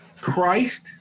Christ